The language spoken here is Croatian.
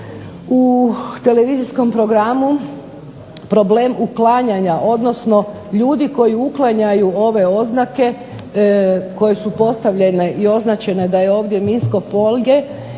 u televizijskom programu problem uklanjanja, odnosno ljudi koji uklanjaju ove oznake koje su postavljene i označene da je ovdje minsko polje